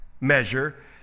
measure